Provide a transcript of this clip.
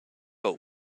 but